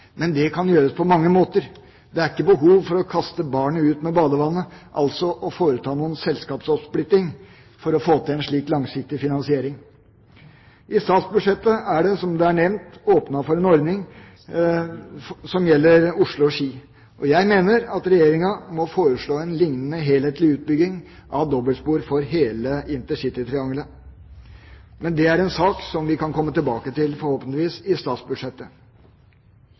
Men det kan gjøres på mange måter. Det er ikke behov for å kaste barnet ut med badevannet, altså å foreta noen selskapsoppsplitting for å få til en slik langsiktig finansiering. I statsbudsjettet er det som nevnt åpnet for en ordning som gjelder Oslo–Ski. Jeg mener at Regjeringa må foreslå en liknende helhetlig utbygging av dobbeltspor for hele intercitytriangelet. Men det er en sak som vi forhåpentligvis kan komme tilbake til i statsbudsjettet.